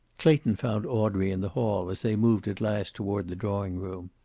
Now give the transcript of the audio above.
clayton found audrey in the hall as they moved at last toward the drawing-room.